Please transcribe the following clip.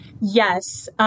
Yes